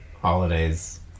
holidays